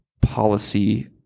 policy